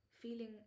feeling